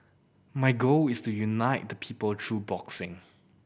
my goal is to unite the people through boxing